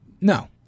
no